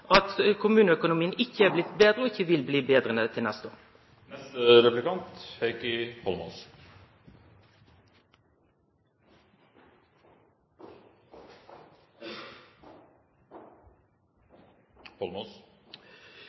at kommuneøkonomien ikkje er blitt betre – og ikkje vil bli betre til neste